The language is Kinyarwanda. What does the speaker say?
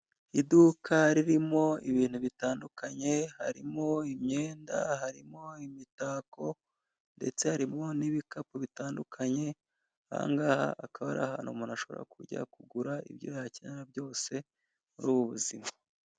Iduka ririmo ibintu bitandukanye: harimo imyenda, harimo imitako ndetse harimo n'ibikapu bitandukanye, ahangaha akaba ari ahantu umuntu ashobora kujya kugura ibyo yakenera byose muri ubu buzima.